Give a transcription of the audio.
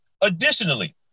Additionally